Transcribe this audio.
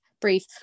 brief